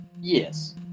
Yes